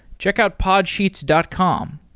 check out podsheets dot com.